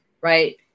right